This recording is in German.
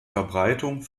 verbreitung